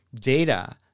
data